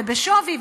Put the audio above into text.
ובשווי,